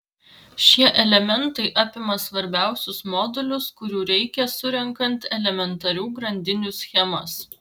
šie elementai apima svarbiausius modulius kurių reikia surenkant elementarių grandinių schemas